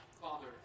Father